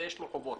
ויש לו חובות.